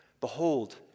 Behold